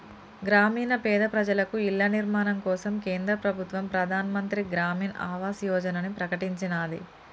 గ్రామీణ పేద ప్రజలకు ఇళ్ల నిర్మాణం కోసం కేంద్ర ప్రభుత్వం ప్రధాన్ మంత్రి గ్రామీన్ ఆవాస్ యోజనని ప్రకటించినాది